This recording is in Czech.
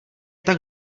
tak